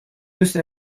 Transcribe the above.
müssen